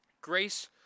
Grace